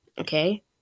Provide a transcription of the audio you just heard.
Okay